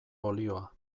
olioa